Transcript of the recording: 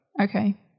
Okay